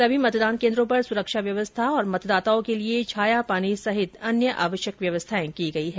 सभी मतदान केन्द्रों पर सुरक्षा व्यवस्था और मतदाताओं के लिए छाया पानी सहित अन्य आवश्यक व्यवस्थाएं की गई है